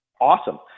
awesome